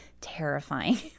terrifying